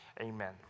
Amen